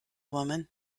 woman